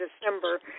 December